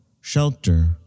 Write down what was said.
shelter